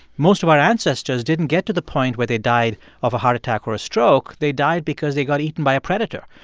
most of our ancestors didn't get to the point where they died of a heart attack or a stroke. they died because they got eaten by a predator.